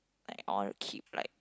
like I want to keep like